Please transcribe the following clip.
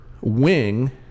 wing